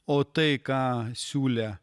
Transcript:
o tai ką siūlė